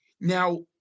now